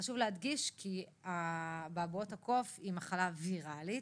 חשוב להדגיש כי אבעבועות הקוף היא מחלה ויראלית